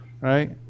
right